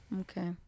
Okay